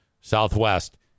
Southwest